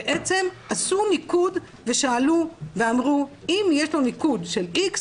בעצם עשו מיקוד ושאלו ואמרו 'אם יש לו ניקוד X,